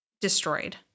destroyed